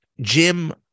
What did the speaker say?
jim